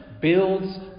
builds